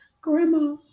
grandma